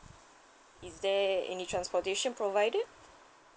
is there any transportation provided